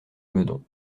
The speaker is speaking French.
meudon